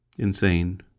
Insane